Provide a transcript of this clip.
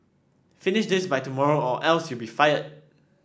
finish this by tomorrow or else you be fired